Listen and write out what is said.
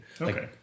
Okay